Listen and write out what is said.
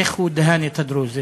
איך הוא דהן את הדרוזים?